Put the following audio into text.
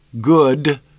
good